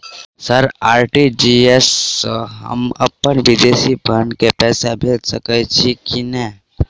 Sir RTGS सँ हम अप्पन विदेशी बहिन केँ पैसा भेजि सकै छियै की नै?